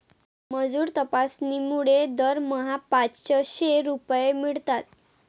मजूर तपासणीमुळे दरमहा पाचशे रुपये मिळतात